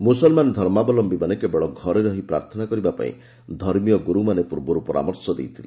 ମୁସଲ୍ମାନ ଧର୍ମାବଲମ୍ଭୀମାନେ କେବଳ ଘରେ ରହି ପ୍ରାର୍ଥନା କରିବାପାଇଁ ଧର୍ମୀ ଗୁରୁମାନେ ପୂର୍ବରୁ ପରାମର୍ଶ ଦେଇଥିଲେ